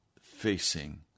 facing